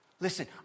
Listen